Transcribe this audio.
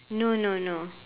no no no